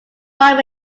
prime